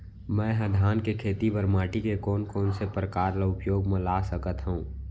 मै ह धान के खेती बर माटी के कोन कोन से प्रकार ला उपयोग मा ला सकत हव?